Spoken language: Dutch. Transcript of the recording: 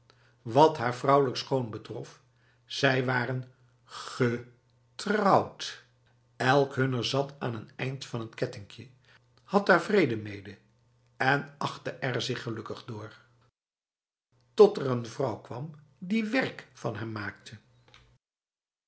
wat haar vrouwelijk schoon betrof zij waren getouwd elk hunner zat aan een eind van het kettinkje had daar vrede mee en achtte er zich gelukkig door tot er een vrouw kwam die werk van hem maakte